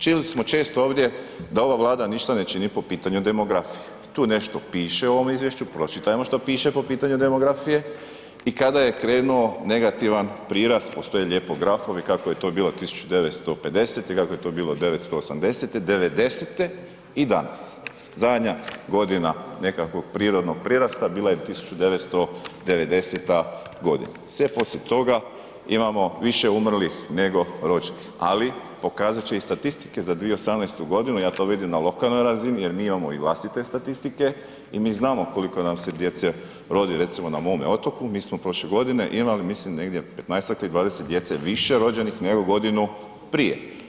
Čuli smo često ovdje da ova Vlada ništa ne čini po pitanju demografije, tu nešto piše u ovom izvješću, pročitajmo šta piše po pitanju demografije i kada je krenuo negativan prirast, postoje lijepo grafovi kak je to bilo 1950. i kako je to bilo 1980., 90-te i danas, zadnja godina nekakvog prirodnog prirasta bila je 1990. g., sve poslije toga imamo više umrlih nego rođenih ali pokazat će i statistike za 2018. g., ja to vidim na lokalnoj razini jer mi imamo vlastite statistike i mi znamo koliko nam se djece rodi, recimo na mome otoku, mi smo prošle godine imali mislim negdje 15-ak ili 20 djece više rođenih nego godinu prije.